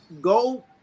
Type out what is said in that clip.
go